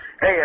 Hey